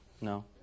No